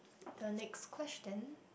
the next question